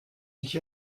sich